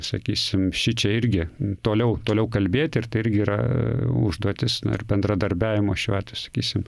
sakysim šičia irgi toliau toliau kalbėti ir tai irgi yra užduotis ir bendradarbiavimo šiuo atveju sakysim